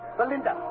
Belinda